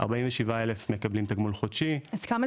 47 אלף מקבלים תגמול חודשי --- עכשיו זה